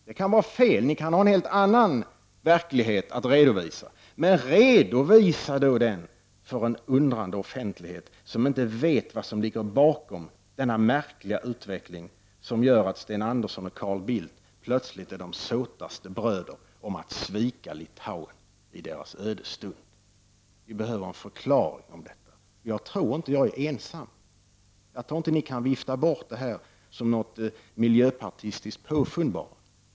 Det kan vara helt felaktigt, ni kan ha en helt annan verklighet att redovisa, men redovisa då den för en undrande offentlighet som inte vet vad som ligger bakom denna märkliga utveckling som gör att Sten Andersson och Carl Bildt plötsligt är de såtaste bröder om att svika Litauen i dess ödesstund. Vi behöver en förklaring, och jag tror inte att jag är ensam om att önska en sådan. Jag tror inte att ni kan vifta bort det här som något miljöpartistiskt påfund.